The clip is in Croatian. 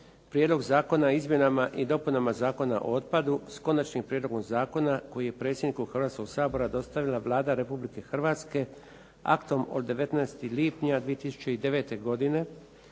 Prijedlog zakona o Izmjenama i dopunama Zakona o otpadu sa konačnim prijedlogom zakona koji je predsjedniku Hrvatskoga sabora dostavila Vlada Republike Hrvatske aktom od 19. lipnja 2009. godine